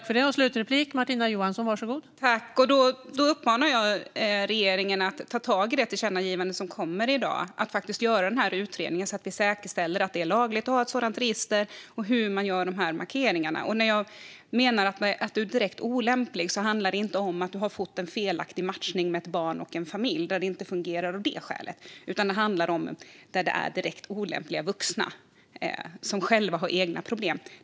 Fru talman! Då uppmanar jag regeringen att ta tag i det tillkännagivande som kommer i dag och att faktiskt göra denna utredning, så att vi säkerställer att det är lagligt att ha ett sådant register och hur dessa markeringar ska göras. När någon är direkt olämplig handlar det inte om en felaktig matchning mellan ett barn och en familj och att det av det skälet inte fungerar. Det handlar om direkt olämpliga vuxna, som själva har problem.